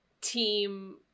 team